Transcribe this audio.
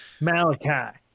Malachi